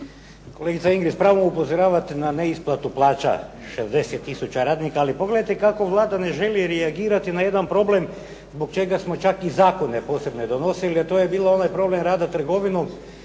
Kolegice Ingrid, s pravom upozoravate na neisplatu plaća 60 tisuća radnika, ali pogledajte kako Vlada ne želi reagirati na jedan problem zbog čega smo čak i zakone posebne donosili, a to je bio onaj problem rada trgovine